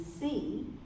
see